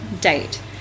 date